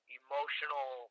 emotional